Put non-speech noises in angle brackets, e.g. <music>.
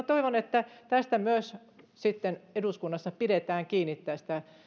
<unintelligible> toivon että myös eduskunnassa pidetään sitten kiinni